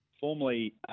Formerly